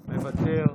מוותר,